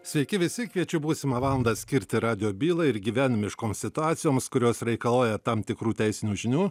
sveiki visi kviečiu būsimą valandą skirti radijo bylai ir gyvenimiškoms situacijoms kurios reikalauja tam tikrų teisinių žinių